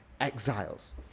exiles